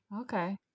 Okay